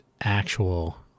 actual